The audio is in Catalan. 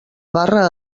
barra